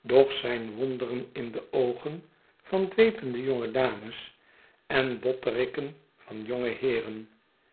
doch zijn wonderen in de oogen van dweepende jongedames en botterikken van jongeheeren